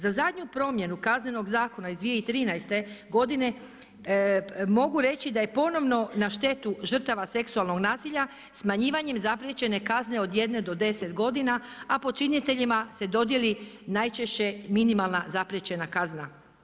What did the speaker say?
Za zadnju promjenu Kaznenog zakona iz 2013. godine mogu reći da je ponovno na štetu žrtava seksualnog nasilja, smanjivanjem zapriječene kazne od 1 do 10 godina, a počiniteljima se dodijeli najčešće minimalna zapriječena kazna.